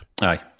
Aye